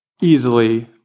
easily